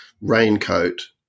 raincoat